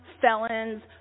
felons